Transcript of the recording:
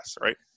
right